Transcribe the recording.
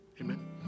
Amen